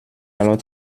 alors